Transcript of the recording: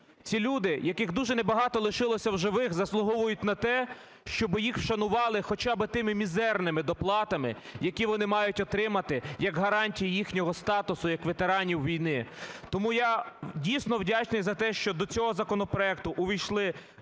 Ці люди, яких дуже небагато лишилося живих, заслуговують на те, щоб їх вшанували хоча би тими мізерними доплатами, які вони мають отримати як гарантію їхнього статусу як ветеранів війни. Тому я, дійсно, вдячний за те, що до цього законопроекту увійшли